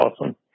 awesome